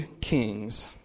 kings